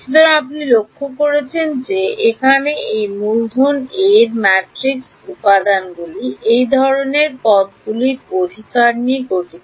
সুতরাং আপনি লক্ষ্য করেছেন যে এখানে এই মূলধন A এর ম্যাট্রিক্স উপাদানগুলি এই ধরণের পদগুলির অধিকার নিয়ে গঠিত